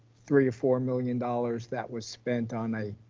three or four million dollars that was spent on a